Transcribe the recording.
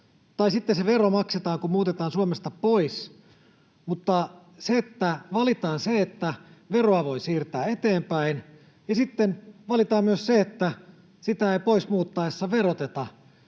tai sitten se vero maksetaan, kun muutetaan Suomesta pois. Mutta se, että valitaan se, että veroa voi siirtää eteenpäin, ja sitten valitaan myös se, että sitä ei pois muuttaessa veroteta,